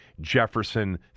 Jefferson